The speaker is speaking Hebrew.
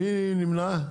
מי נמנע?